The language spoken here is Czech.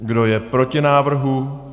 Kdo je proti návrhu?